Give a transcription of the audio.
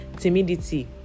timidity